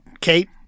Kate